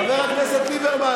חבר הכנסת ליברמן,